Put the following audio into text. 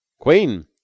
Queen